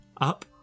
Up